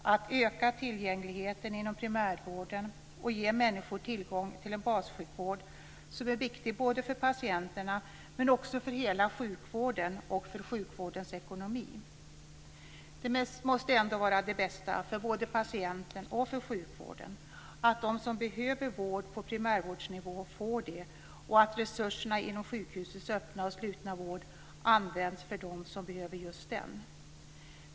Man ökar tillgängligheten inom primärvården och ger människor tillgång till en bassjukvård som är viktig både för patienterna men också för hela sjukvården och för sjukvårdens ekonomi. Det måste ändå vara det bästa för både patienten och för sjukvården att de som behöver vård på primärvårdsnivå får det och att resurserna inom sjukhusets öppna och slutna vård används för dem som behöver just den.